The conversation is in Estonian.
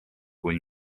kui